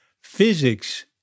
physics